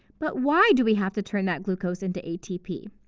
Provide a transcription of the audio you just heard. but why do we have to turn that glucose into atp?